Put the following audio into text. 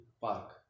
park